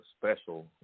special